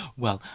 well,